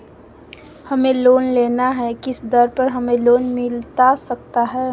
हमें लोन लेना है किस दर पर हमें लोन मिलता सकता है?